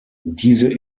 diese